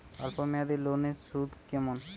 অল্প মেয়াদি লোনের সুদ কেমন?